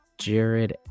Jared